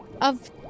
of-